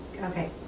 Okay